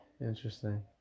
Interesting